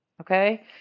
Okay